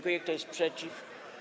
Kto jest przeciw?